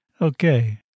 Okay